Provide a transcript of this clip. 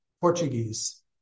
Portuguese